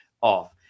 off